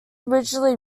originally